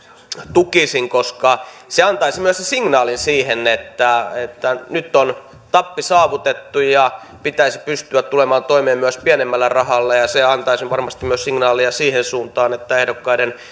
tukisin koska se antaisi myös sen signaalin siihen että nyt on tappi saavutettu ja pitäisi pystyä tulemaan toimeen myös pienemmällä rahalla ja ja se antaisi varmasti myös signaalia siihen suuntaan että ehdokkaiden